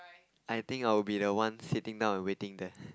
I think I'll be the one sitting down and waiting there